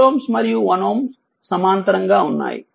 4 Ω మరియు 1 Ω సమాంతరంగా ఉన్నాయి